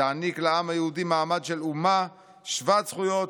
ותעניק לעם היהודי מעמד של אומה שוות זכויות